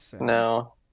No